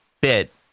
bit